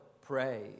pray